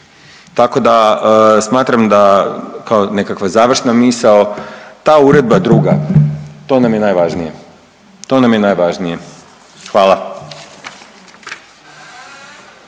Tako da smatram da kao nekakva završna misao ta uredba druga to nam je najvažnije. To nam je najvažnije. Hvala.